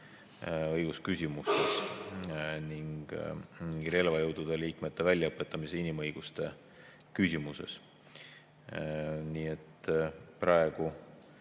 õigusküsimustes ning relvajõudude liikmete väljaõpetamisel inimõiguste küsimuses. Praegu